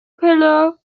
pillow